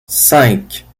cinq